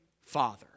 father